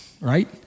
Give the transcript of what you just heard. right